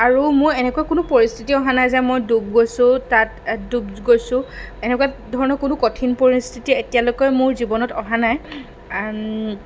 আৰু মোৰ এনেকুৱা কোনো পৰিস্থিতি অহা নাই যে মই ডুব গৈছোঁ তাত ডুব গৈছোঁ এনেকুৱা ধৰণৰ কোনো কঠিন পৰিস্থিতি এতিয়ালৈকে মোৰ জীৱনত অহা নাই